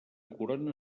corona